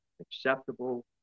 acceptable